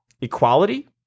equality